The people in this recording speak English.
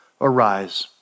arise